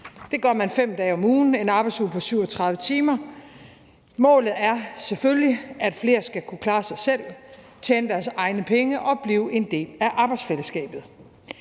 Det gør man 5 dage om ugen med en arbejdsuge på 37 timer. Målet er selvfølgelig, at flere skal kunne klare sig selv, tjene deres egne penge og blive en del af arbejdsfællesskabet.